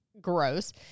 gross